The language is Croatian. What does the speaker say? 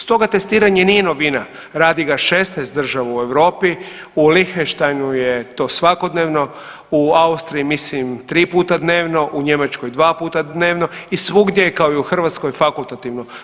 Stoga testiranje nije novina, radi ga 16 država u Europi u Lihtenštajnu je to svakodnevno, u Austriji mislim 3 puta dnevno, u Njemačkoj 2 puta dnevno i svugdje je kao i u Hrvatskoj fakultativno.